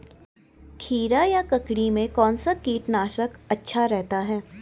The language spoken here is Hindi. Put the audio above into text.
खीरा या ककड़ी में कौन सा कीटनाशक अच्छा रहता है?